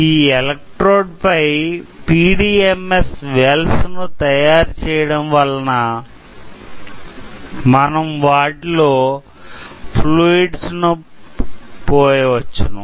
ఈ ఎలక్ట్రోడ్ పై PDMS wells ను తయారు చేయడం వలన మనం వాటి లో ఫ్లూయిడ్స్ ను ప్రోయవచ్చును